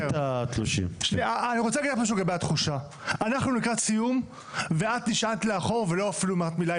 אנחנו לקראת סיום ואת נשענת לאחור ואפילו לא אמרת מילה,